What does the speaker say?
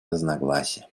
разногласия